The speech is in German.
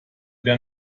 der